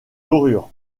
dorures